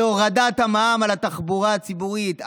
להורדת המע"מ על התחבורה הציבורית,